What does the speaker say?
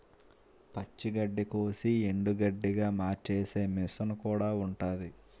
పచ్చి గడ్డికోసి ఎండుగడ్డిగా మార్చేసే మిసన్ కూడా ఉంటాది